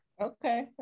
okay